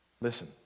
Listen